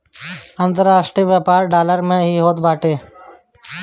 अन्तरराष्ट्रीय व्यापार डॉलर में ही होत बाटे